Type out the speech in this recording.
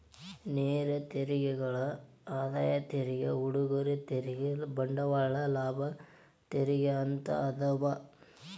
ನೇರ ತೆರಿಗೆಯೊಳಗ ಆದಾಯ ತೆರಿಗೆ ಉಡುಗೊರೆ ತೆರಿಗೆ ಬಂಡವಾಳ ಲಾಭ ತೆರಿಗೆ ಅಂತ ಅದಾವ